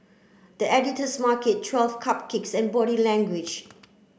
The Editor's Market Twelve Cupcakes and Body Language